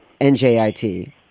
NJIT